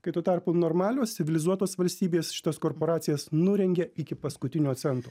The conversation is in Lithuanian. kai tuo tarpu normalios civilizuotos valstybės šitas korporacijas nurengė iki paskutinio cento